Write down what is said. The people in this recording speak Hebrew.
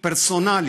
פרסונלי,